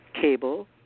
Cable